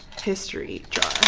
history jar